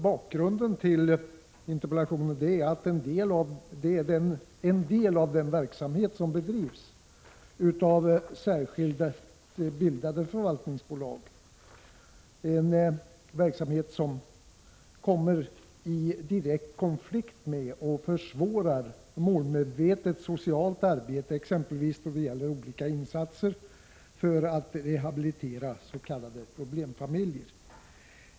Bakgrunden till interpellationen är att en del av den verksamhet som bedrivs av särskilt bildade förvaltningsbolag kommer i direkt konflikt med och försvårar målmedvetet socialt arbete, exempelvis då det gäller olika insatser för att rehabilitera s.k. problemfamiljer.